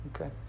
Okay